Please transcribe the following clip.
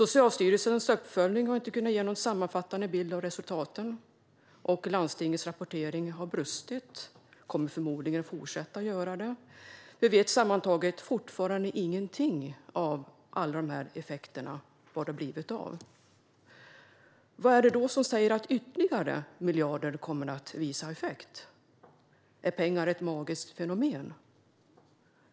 Socialstyrelsens uppföljning har inte kunnat ge någon sammanfattande bild av resultaten, och landstingens rapportering har brustit - och kommer förmodligen att fortsätta göra det. Vi vet sammantaget fortfarande ingenting om alla dessa effekter och vad det blivit av detta. Vad är det då som säger att ytterligare miljarder kommer att ge effekt? Är pengar ett magiskt fenomen?